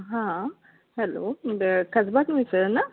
हां हॅलो खासबाग मिसळ ना